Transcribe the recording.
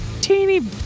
teeny